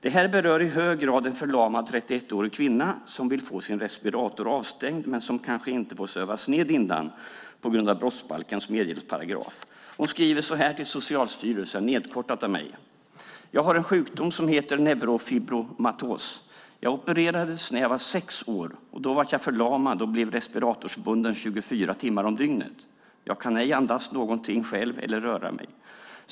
Det här berör i hög grad en förlamad 31-årig kvinna som vill få sin respirator avstängd men som kanske inte får sövas ned innan på grund av brottsbalkens medhjälpsparagraf. Hon skriver så här till socialstyrelsen, nedkortat av mig: Jag har en sjukdom som heter neurofibromatos. Jag opererades när jag var sex år, och då blev jag förlamad och respiratorsbunden 24 timmar om dygnet. Jag kan ej andas någonting själv eller röra mig.